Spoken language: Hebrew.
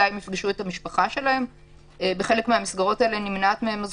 מתי יפגשו את המשפחה שלהם.